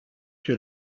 que